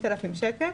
והקנס הוא 5,000 שקלים.